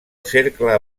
cercle